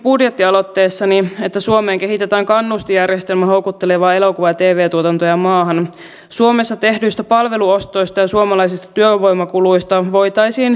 ymmärrän että edustaja heinosta hirvittää tämä tilanne mihin hallitus on tämän maan ajanut hyvin lyhyessä ajassa